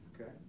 Okay